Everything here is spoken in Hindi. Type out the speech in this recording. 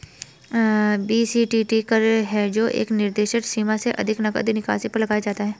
बी.सी.टी.टी कर है जो एक निर्दिष्ट सीमा से अधिक नकद निकासी पर लगाया जाता है